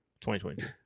2020